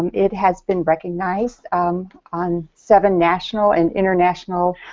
um it has been recognized on seven national and international